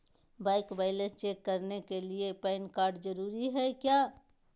Bank balance check करने के लिए पैन कार्ड जरूरी है क्या?